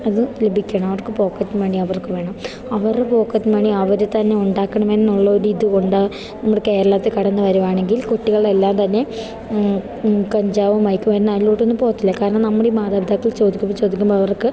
അത് ലഭിക്കണം അവർക്ക് പോക്കറ്റ് മണി അവർക്ക് വേണം അവരുടെ പോക്കറ്റ് മണി അവർ തന്നെ ഉണ്ടാക്കണമെന്നുള്ള ഒരിത് കൊണ്ട് നമ്മുടെ കേരളത്തിൽ കടന്നുവരുകയാണെങ്കിൽ കുട്ടികളെല്ലാം തന്നെ കഞ്ചാവും മയക്കുമരുന്നും അതിലോട്ടൊന്നും പോവത്തില്ല കാരണം നമ്മുടെ ഈ മാതാപിതാക്കൾ ചോദിക്കുമ്പോൾ ചോദിക്കുമ്പോൾ അവർക്ക്